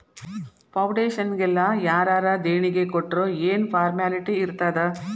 ಫೌಡೇಷನ್ನಿಗೆಲ್ಲಾ ಯಾರರ ದೆಣಿಗಿ ಕೊಟ್ರ್ ಯೆನ್ ಫಾರ್ಮ್ಯಾಲಿಟಿ ಇರ್ತಾದ?